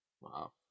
Wow